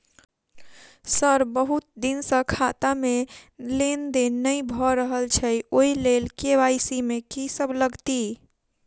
Sir बहुत दिन सऽ खाता मे लेनदेन नै भऽ रहल छैय ओई लेल के.वाई.सी मे की सब लागति ई?